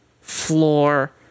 floor